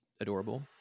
adorable